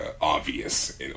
obvious